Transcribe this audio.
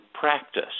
practice